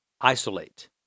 Isolate